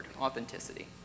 authenticity